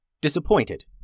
disappointed